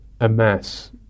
amass